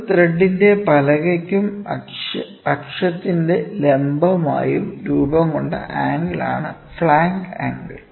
ഒരു ത്രെഡിന്റെ പലകയ്ക്കും അക്ഷത്തിന് ലംബമായും രൂപംകൊണ്ട ആംഗിൾ ആണ് ഫ്ലാങ്ക് ആംഗിൾ